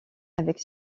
avec